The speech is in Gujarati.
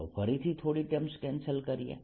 ચાલો ફરીથી થોડી ટર્મ્સ કેન્સલ કરીએ